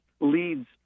leads